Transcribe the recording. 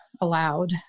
allowed